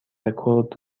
رکورد